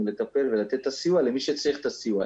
לטפל ולתת את הסיוע למי שצריך את הסיוע.